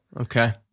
okay